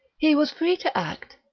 he was free to act,